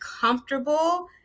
comfortable